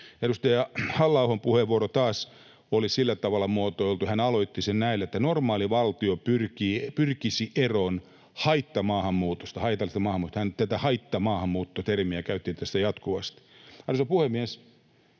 Edustaja Halla-ahon puheenvuoro taas oli sillä tavalla muotoiltu, hän aloitti sen näin, että ”normaali valtio pyrkisi eroon haittamaahanmuutosta”, haitallisesta maahanmuutosta — hän tätä haittamaahanmuutto-termiä käytti tässä jatkuvasti. Arvoisa puhemies!